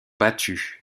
battus